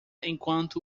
enquanto